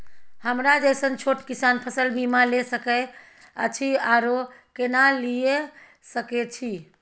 हमरा जैसन छोट किसान फसल बीमा ले सके अछि आरो केना लिए सके छी?